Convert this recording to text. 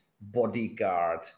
bodyguard